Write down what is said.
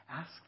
Ask